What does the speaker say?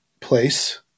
place